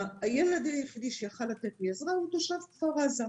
הילד היחיד שיכול היה לתת לי עזרה הוא תושב כפר עזה.